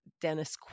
Dennis